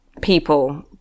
people